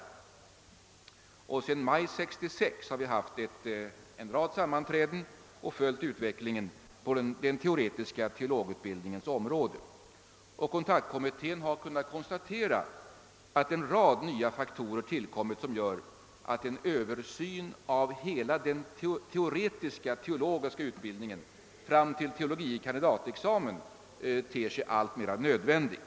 Sedan maj 1966 har vi haft en rad sammanträden och följt utvecklingen på den teoretiska teologutbildningens område. Kontaktkommittén har kunnat konstatera att en rad nya faktorer tillkommit som gör att én översyn av hela den teoretiska teologiska utbildningen fram till teologie kandidatexamen ter sig alltmer nödvändig. '